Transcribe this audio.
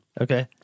Okay